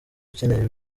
ukeneye